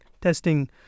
testing